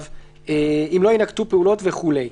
אם לא יינקטו פעולות" וכולי.